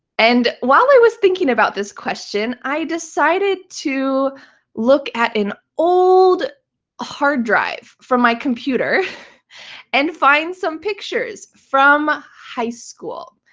and while i was thinking about this question, i decided to look at an old hard drive from my computer and find some pictures from high school.